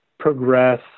progress